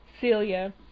Celia